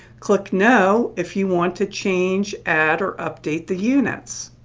click no if you want to change, add, or update the units.